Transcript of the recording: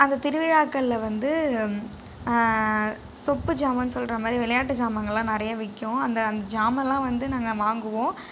அந்த திருவிழாக்களில் வந்து சொப்பு ஜாமான்னு சொல்கிற மாதிரி விளையாட்டு ஜாமாங்கள்லாம் நிறைய விற்கும் அந்த அந்த ஜாமாலாம் வந்து நாங்கள் வாங்குவோம்